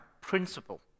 principle